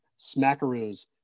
smackaroos